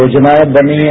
योजनाएं बनी है